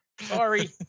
Sorry